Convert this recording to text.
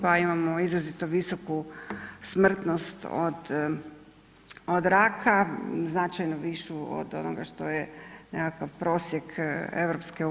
Pa imamo izrazito visoku smrtnost od raka, značajno višu od onoga što je nekakav prosjek EU.